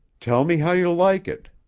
tell me how you like it.